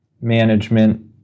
management